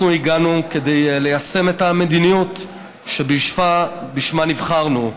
אנחנו הגענו כדי ליישם את המדיניות שלשמה נבחרנו,